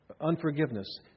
unforgiveness